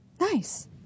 Nice